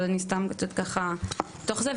אבל אני סתם, את יודעת, תוך זה.